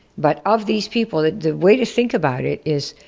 but of these people the way to think about it is,